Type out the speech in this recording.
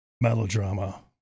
melodrama